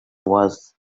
was